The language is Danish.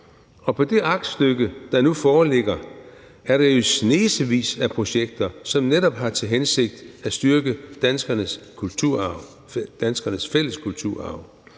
og på det aktstykke, der nu foreligger, er der jo snesevis af projekter, som netop har til hensigt at styrke danskernes fælles kulturarv.